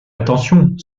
attention